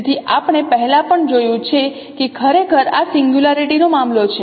તેથી આપણે પહેલા પણ જોયું છે કે ખરેખર આ સિંગ્યુલારિટી નો મામલો છે